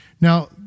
Now